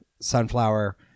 sunflower